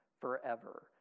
forever